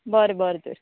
बरें बरें तर